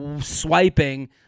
swiping